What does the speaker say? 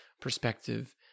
perspective